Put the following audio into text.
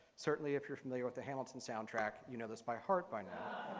certainly if you're familiar with the hamilton's soundtrack, you know this by heart by now